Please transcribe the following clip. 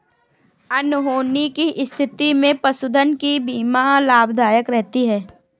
अनहोनी की स्थिति में पशुधन की बीमा लाभदायक रहती है